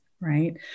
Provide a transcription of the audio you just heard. right